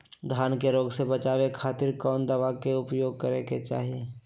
धान के रोग से बचावे खातिर कौन दवा के उपयोग करें कि चाहे?